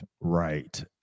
Right